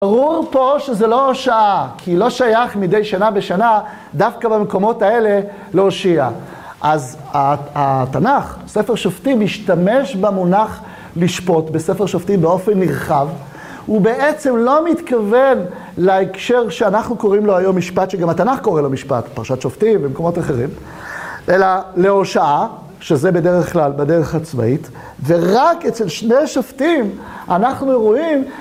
ברור פה שזה לא הושעה, כי היא לא שייך מדי שנה בשנה, דווקא במקומות האלה להושיע. אז התנ״ך, ספר שופטים, משתמש במונח לשפוט בספר שופטים באופן נרחב, ובעצם לא מתכוון להקשר שאנחנו קוראים לו היום משפט, שגם התנ״ך קורא לו משפט, פרשת שופטים ומקומות אחרים, אלא להושעה, שזה בדרך כלל בדרך הצבאית, ורק אצל שני שופטים אנחנו רואים